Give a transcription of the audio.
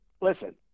Listen